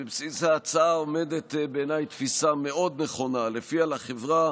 בבסיס ההצעה עומדת בעיניי תפיסה מאוד נכונה שלפיה לחברה